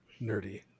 nerdy